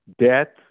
debt